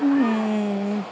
ம்